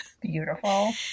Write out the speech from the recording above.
Beautiful